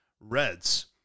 Reds